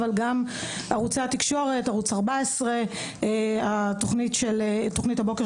אבל גם ערוצי התקשורת: ערוץ 14; תכנית הבוקר